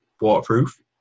waterproof